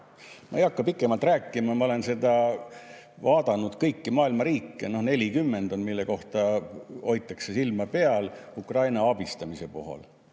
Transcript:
Ma ei hakka sellest pikemalt rääkima, aga ma olen seda vaadanud, kõiki maailma riike. Noh, 40 on, millel hoitakse silma peal Ukraina abistamise koha